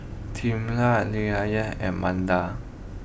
Tamela Lilyan and Manda